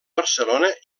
barcelona